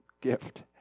gift